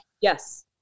Yes